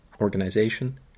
organization